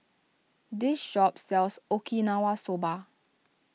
this shop sells Okinawa Soba